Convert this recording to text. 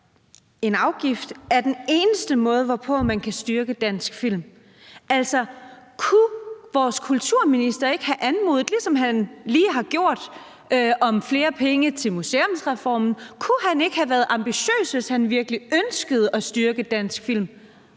en afgift er den eneste måde, hvorpå man kan styrke dansk film? Altså, kunne vores kulturminister ikke have anmodet om flere penge, ligesom han lige har gjort i forhold til museumsreformen? Kunne han ikke have været ambitiøs, hvis han virkelig ønskede at styrke dansk film,